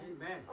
Amen